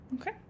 Okay